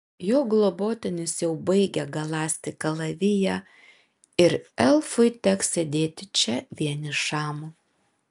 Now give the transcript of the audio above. jo globotinis jau baigia galąsti kalaviją ir elfui teks sėdėti čia vienišam